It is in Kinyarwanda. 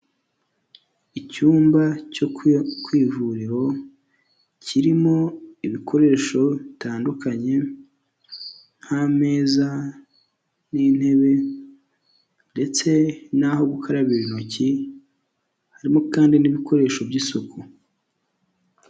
Icyumba cyo ku ivuriro kirimo ibikoresho bitandukanye nk'ameza n'intebe ndetse n'aho gukarabira intoki, harimo kandi n'ibikoresho by'isuku.